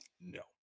No